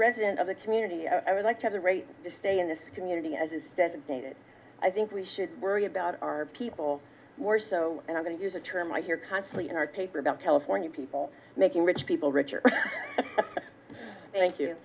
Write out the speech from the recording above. resident of the community i would like to have the right to stay in this community as is designated i think we should worry about our people more so i'm going to use a term i hear constantly in our paper about california people making rich people richer thank you